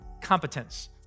competence